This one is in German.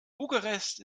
bukarest